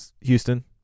Houston